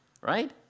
right